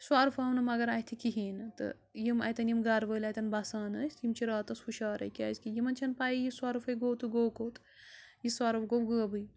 سۄرُُھ آو نہٕ مگر اَتھِ کِہیٖنۍ نہٕ تہٕ یِم اَتٮ۪ن یِم گرٕ وٲلۍ اَتٮ۪ن بَسان ٲسۍ یِم چھِ راتَس ہُشارٕے کیٛازِکہِ یِمَن چھَنہٕ پَی یہِ سۄرپھٕے گوٚو تہٕ گوٚو کوٚت یہِ سۄرُپھ گوٚو غٲبٕے